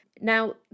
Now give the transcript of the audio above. Now